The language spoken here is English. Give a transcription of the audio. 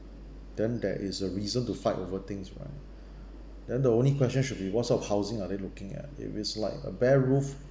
then there is a reason to fight over things right then the only question should be what's sort of housing are they looking at if it's like a bare roof